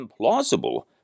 implausible